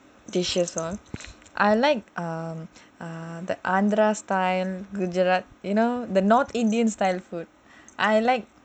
dishes lah I like um err the andhra style the north indian style food I like